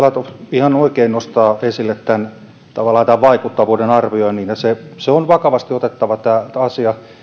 ihan oikein nostaa esille tämän vaikuttavuuden arvioinnin ja tämä asia on otettava vakavasti